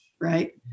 Right